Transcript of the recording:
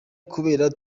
kuberako